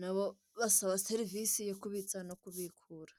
na bo basaba serivisi yo kubitsa no kubikura.